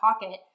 pocket